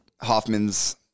Hoffman's